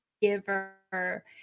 giver